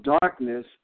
darkness